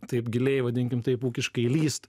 taip giliai vadinkim taip ūkiškai lįst